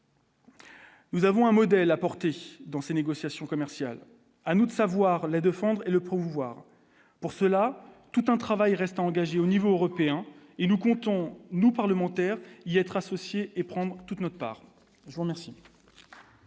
Nous avons un modèle dans ses négociations commerciales, à nous de savoir les de fondre le pouvoir pour cela tout un travail reste engagé au niveau européen et nous comptons nous parlementaires, il y a être associés et prendre toute notre part merci.